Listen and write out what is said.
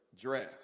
dress